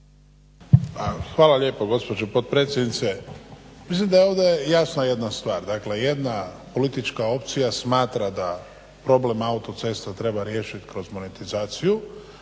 hvala lijepo gospođo potpredsjednice. Mislim da je ovdje jasna jedna stvar, dakle jedna politička opcija smatra da problem autocesta treba riješiti kroz monetizaciju,